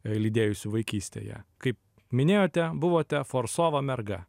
lydėjusių vaikystėje kai minėjote buvote forsova merga